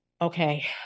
okay